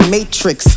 Matrix